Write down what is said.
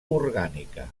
orgànica